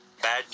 Bad